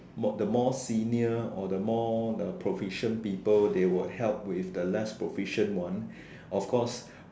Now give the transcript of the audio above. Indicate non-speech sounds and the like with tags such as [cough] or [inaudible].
more the more senior or the more the proficient people they will help with the less proficient one of course [breath]